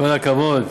כל הכבוד.